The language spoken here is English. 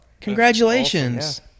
Congratulations